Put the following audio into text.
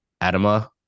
Adama